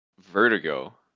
vertigo